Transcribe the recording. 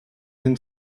then